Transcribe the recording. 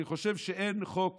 אני חושב שאין חוק